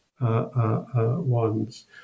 ones